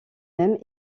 même